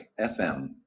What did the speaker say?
FM